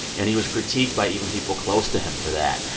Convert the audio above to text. and he was critiqued by even people close to him for that.